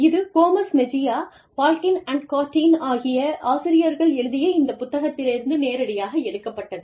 இது Gomez Mejia Balkin கார்டியின் ஆகிய ஆசிரியர்கள் எழுதிய இந்த புத்தகத்திலிருந்து நேரடியாக எடுக்கப்பட்டது